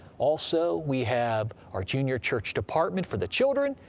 also, we have our junior church department for the children,